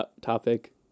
topic